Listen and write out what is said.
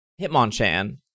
Hitmonchan